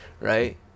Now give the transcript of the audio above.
right